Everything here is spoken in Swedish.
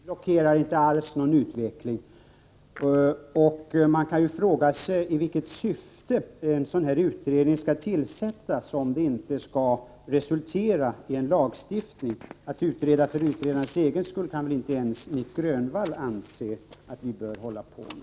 Fru talman! Vi blockerar inte alls någon utveckling. Man kan fråga sig i vilket syfte en sådan här utredning skall tillsättas, om den inte skall resultera i en lagstiftning. Att utreda för utredandets egen skull kan väl inte ens Nic Grönvall anse att vi bör hålla på med.